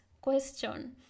question